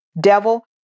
Devil